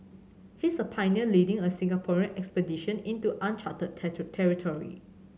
he's a pioneer leading a Singaporean expedition into uncharted territory